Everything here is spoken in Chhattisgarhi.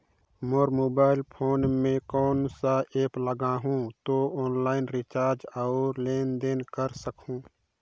मोर मोबाइल फोन मे कोन सा एप्प लगा हूं तो ऑनलाइन रिचार्ज और लेन देन कर सकत हू?